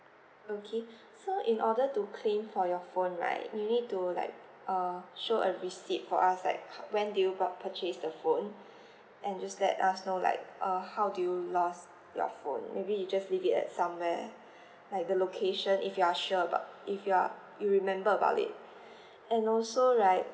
okay so in order to claim for your phone right you need to like uh show a receipt for us like when do you pur~ purchase the phone and just let us know like err how do you lost your phone maybe you just leave it at somewhere like the location if you are sure about if you are you remember about it and also like